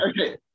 okay